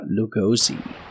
Lugosi